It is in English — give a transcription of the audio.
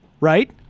right